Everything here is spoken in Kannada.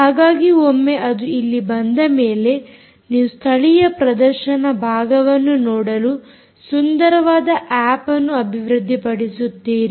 ಹಾಗಾಗಿ ಒಮ್ಮೆ ಅದು ಇಲ್ಲಿ ಬಂದ ಮೇಲೆ ನೀವು ಸ್ಥಳೀಯ ಪ್ರದರ್ಶನ ಭಾಗವನ್ನು ನೋಡಲು ಸುಂದರವಾದ ಆಪ್ ಅನ್ನು ಅಭಿವೃದ್ದಿ ಪಡಿಸುತ್ತೀರಿ